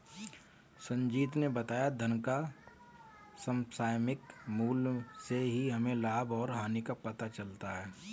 संजीत ने बताया धन का समसामयिक मूल्य से ही हमें लाभ और हानि का पता चलता है